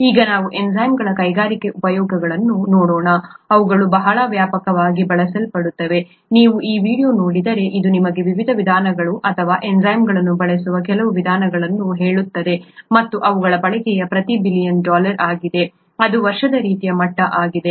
ಈಗ ನಾವು ಎನ್ಝೈಮ್ಗಳ ಕೈಗಾರಿಕಾ ಉಪಯೋಗಗಳನ್ನು ನೋಡೋಣ ಅವುಗಳು ಬಹಳ ವ್ಯಾಪಕವಾಗಿ ಬಳಸಲ್ಪಡುತ್ತವೆ ನೀವು ಈ ವೀಡಿಯೊವನ್ನು ನೋಡಿದರೆ ಇದು ನಿಮಗೆ ವಿವಿಧ ವಿಧಾನಗಳನ್ನು ಅಥವಾ ಎನ್ಝೈಮ್ಗಳನ್ನು ಬಳಸುವ ಕೆಲವು ವಿಧಾನಗಳನ್ನು ಹೇಳುತ್ತದೆ ಮತ್ತು ಅವುಗಳ ಬಳಕೆಯು ಪ್ರತಿ ಬಿಲಿಯನ್ ಡಾಲರ್ ಆಗಿದೆ ಅದು ವರ್ಷದ ರೀತಿಯ ಮಟ್ಟ ಆಗಿದೆ